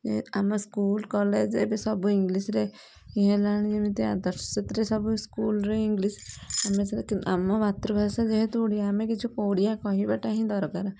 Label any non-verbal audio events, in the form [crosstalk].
ଆମ school college ଏବେ ସବୁ ଇଂଲିଶ୍ରେ ହେଲାଣି ଯେମିତି ଆଦର୍ଶ ସେଥିରେ ସବୁ ସ୍କୁଲ୍ରେ ଇଂଲିଶ୍ [unintelligible] ଆମ ମାତୃଭାଷା ଯେହେତୁ ଓଡ଼ିଆ ଆମେ କିଛି ଓଡ଼ିଆ କହିବାଟା ହିଁ ଦରକାର